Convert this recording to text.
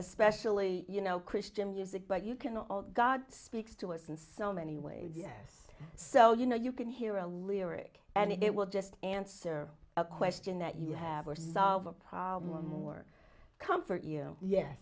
especially you know christian music but you can all god speaks to it and so many ways yes so you know you can hear a lyric and it will just answer a question that you have or solve a problem or comfort you ye